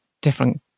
different